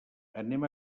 anem